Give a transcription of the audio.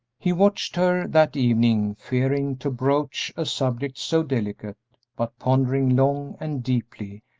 he watched her that evening, fearing to broach a subject so delicate, but pondering long and deeply,